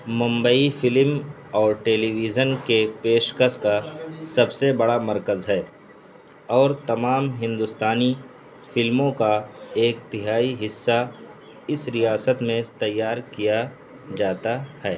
Mumbai film اور television کے پیش کس کا سب سے بڑا مرکز ہے اور تمام ہندوستانی فلموں کا ایک تہائی حِصّہ اس ریاست میں تیار کیا جاتا ہے